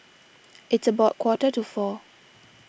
its about quarter to four